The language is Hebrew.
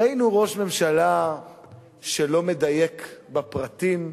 ראינו ראש ממשלה שלא מדייק בפרטים.